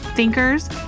thinkers